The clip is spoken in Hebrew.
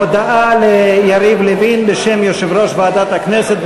הודעה ליריב לוין בשם יושב-ראש ועדת הכנסת.